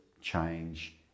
change